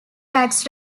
wax